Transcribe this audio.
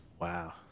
Wow